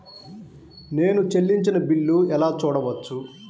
నేను చెల్లించిన బిల్లు ఎలా చూడవచ్చు?